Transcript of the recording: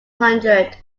hundred